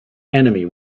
enemy